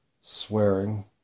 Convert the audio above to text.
swearing